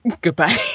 Goodbye